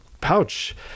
pouch